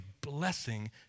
blessing